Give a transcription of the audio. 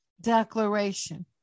declaration